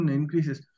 increases